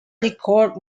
record